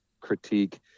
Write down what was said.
critique